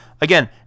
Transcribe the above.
Again